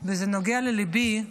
וזה נוגע לליבי,